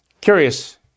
curious